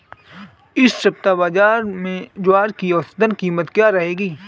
इस सप्ताह बाज़ार में ज्वार की औसतन कीमत क्या रहेगी?